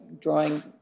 drawing